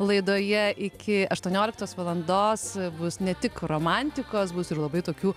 laidoje iki aštuonioliktos valandos bus ne tik romantikos bus ir labai tokių